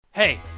Hey